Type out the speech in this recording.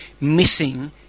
missing